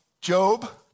Job